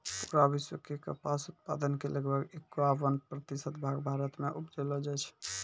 पूरा विश्व के कपास उत्पादन के लगभग इक्यावन प्रतिशत भाग भारत मॅ उपजैलो जाय छै